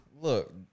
Look